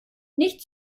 nicht